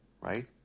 right